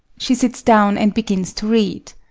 she sits down and begins to read.